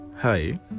Hi